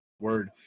word